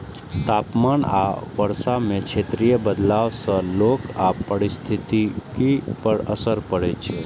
तापमान आ वर्षा मे क्षेत्रीय बदलाव सं लोक आ पारिस्थितिकी पर असर पड़ै छै